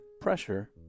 pressure